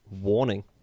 Warning